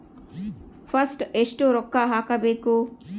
First ಎಷ್ಟು ರೊಕ್ಕ ಹಾಕಬೇಕು?